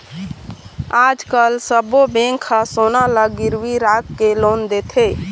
आजकाल सब्बो बेंक ह सोना ल गिरवी राखके लोन देथे